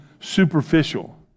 superficial